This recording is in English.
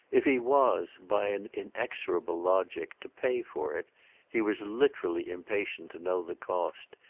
if he was by an inexorable logic to pay for it he was literally impatient to know the cost,